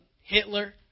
Hitler